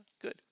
good